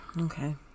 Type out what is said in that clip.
Okay